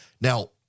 Now